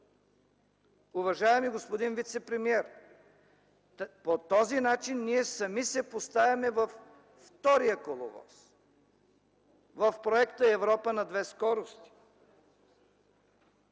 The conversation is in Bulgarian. Уважаеми господин вицепремиер, по този начин ние сами се поставяме във втория коловоз, в проекта „Европа на две скорости”.